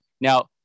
Now